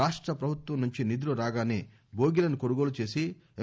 రాష్ట ప్రభుత్వం నుంచి నిధులు రాగానే బోగీలను కొనుగోలు చేసి ఎమ్